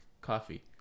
coffee